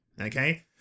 Okay